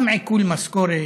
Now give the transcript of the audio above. גם עיקול משכורת,